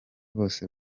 bose